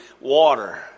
water